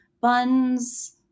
buns